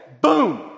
boom